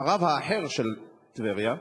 הרב האחר של טבריה,